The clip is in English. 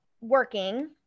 working